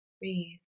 Breathe